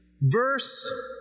Verse